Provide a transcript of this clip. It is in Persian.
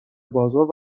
بازار